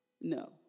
No